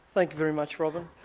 like very much robyn.